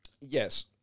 Yes